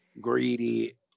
greedy